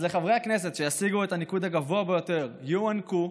אז לחברי הכנסת שישיגו את הניקוד הגבוה ביותר יוענקו,